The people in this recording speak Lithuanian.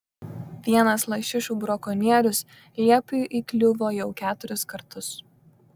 vienas lašišų brakonierius liepiui įkliuvo jau keturis kartus